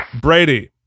Brady